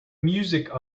music